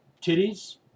titties